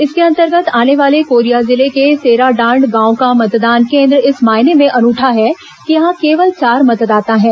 इसके अंतर्गत आने वाले कोरिया जिले के सेराडांड गांव का मतदान केन्द्र इस मायने में अनूठा है कि यहां केवल चार मतदाता है